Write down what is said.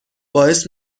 باعث